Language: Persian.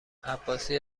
عباسی